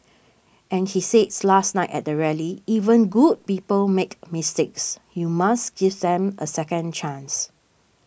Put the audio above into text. and he says last night at the rally even good people make mistakes you must give them a second chance